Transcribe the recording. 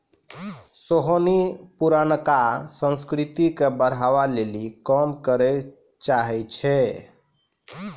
सोहिनी पुरानका संस्कृति के बढ़ाबै लेली काम करै चाहै छै